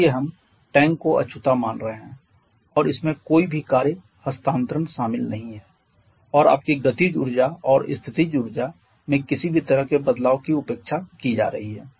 इसलिए हम टैंक को अछूता मान रहे हैं और इसमें कोई भी कार्य हस्तांतरण शामिल नहीं है और आपकी गतिज ऊर्जा और स्थितिज ऊर्जाओं में किसी भी तरह के बदलाव की उपेक्षा की जा रही है